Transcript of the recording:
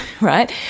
right